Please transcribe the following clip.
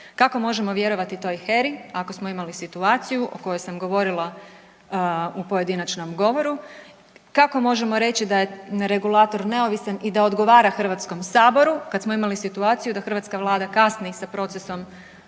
Kako možemo vjerovati toj HERA-i ako smo imali situaciju o kojoj sam govorila u pojedinačnom govoru, kako možemo reći da je regulator neovisan i da odgovara HS-u kad smo imali situaciju da hrvatska Vlada kasni sa procesom